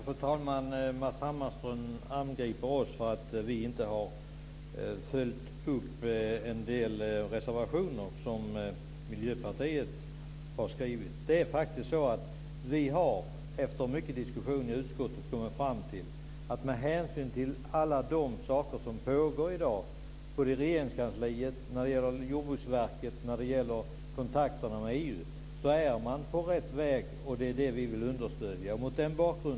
Fru talman! Matz Hammarström angriper oss för att vi inte har följt upp en del reservationer som Miljöpartiet har skrivit. Vi har faktiskt efter mycket diskussioner i utskottet kommit fram till att vi vill understödja det som pågår i dag på Regeringskansliet och Jordbruksverket och kontakterna med EU. Vi tycker att man är på rätt väg.